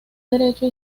derecho